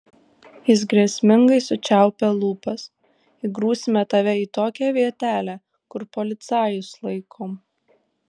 jis grėsmingai sučiaupė lūpas įgrūsime tave į tokią vietelę kur policajus laikom